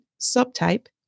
subtype